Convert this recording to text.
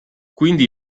quindi